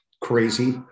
crazy